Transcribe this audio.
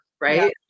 right